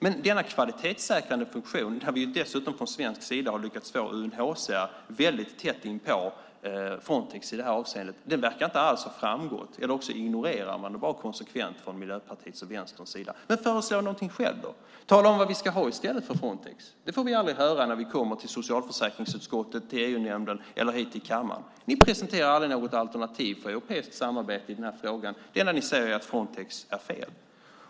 Men denna kvalitetssäkrande funktion, där vi dessutom från svensk sida har lyckats få UNHCR väldigt tätt inpå Frontex i det här avseendet, verkar inte alls ha framgått eller också ignorerar man det bara konsekvent från Miljöpartiets och Vänsterns sida. Föreslå något själva då! Tala om vad vi ska ha i stället för Frontex. Det får vi aldrig höra när vi kommer till socialförsäkringsutskottet, EU-nämnden eller hit till kammaren. Ni presenterar aldrig något alternativ för europeiskt samarbete i den här frågan. Det enda ni säger är att Frontex är fel.